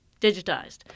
digitized